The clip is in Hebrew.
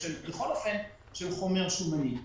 של חומר שומני.